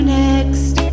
next